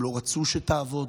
הם לא רצו שתעבוד.